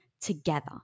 together